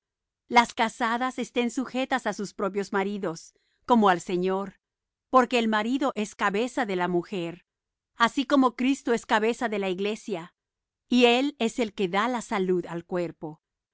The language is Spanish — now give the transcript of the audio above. las casadas estén sujetas á sus propios maridos como al señor porque el marido es cabeza de la mujer así como cristo es cabeza de la iglesia y él es el que da la salud al cuerpo